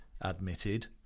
admitted